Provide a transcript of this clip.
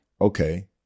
okay